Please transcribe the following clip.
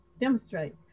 demonstrate